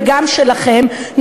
וגם שלכם,